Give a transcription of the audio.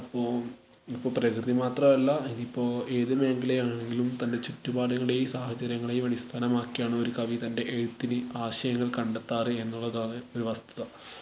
അപ്പോൾ ഇപ്പം പ്രകൃതി മാത്രമല്ല ഇതിപ്പോൾ ഏത് മേഖലയാണെങ്കിലും തന്റെ ചുറ്റുപാടുകളെയും സാഹചര്യങ്ങളെയും അടിസ്ഥാനമാക്കിയാണ് ഒരു കവി തന്റെ എഴുത്തിന് ആശയങ്ങള് കണ്ടെത്താറ് എന്നുള്ളതാണ് ഒരു വസ്തുത